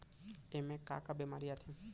एमा का का बेमारी आथे?